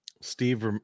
Steve